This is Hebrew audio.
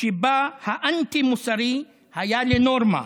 שבה האנטי-מוסרי היה לנורמה,